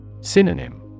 Synonym